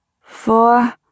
Four